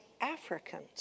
Africans